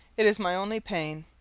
it is my only pain.